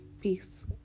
Peace